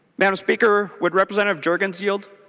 mme. and speaker with representative jurgens yield?